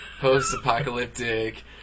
post-apocalyptic